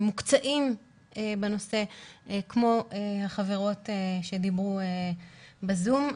ממוקצעים בנושא כמו החברות שדיברו בזום,